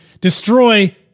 destroy